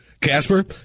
Casper